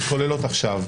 שמתחוללות עכשיו.